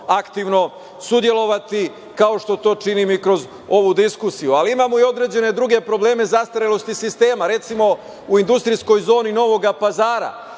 aktivno sudelovati, kao što to činim i kroz ovu diskusiju. Ali, imamo i određene druge probleme zastarelosti sistema. Recimo, u industrijskoj zoni Novog Pazara